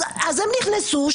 הם נכנסו,